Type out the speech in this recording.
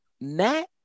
Matt